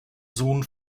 sohn